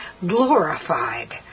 glorified